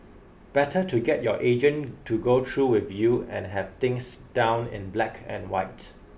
better to get your agent to go through with you and have things down in black and white